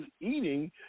eating